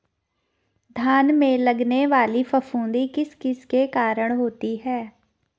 धान में लगने वाली फफूंदी किस किस के कारण होती है?